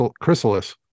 Chrysalis